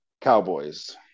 Cowboys